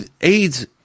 AIDS